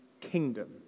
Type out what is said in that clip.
kingdom